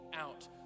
out